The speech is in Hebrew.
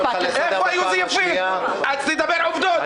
דבר עובדות.